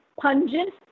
pungent